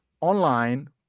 online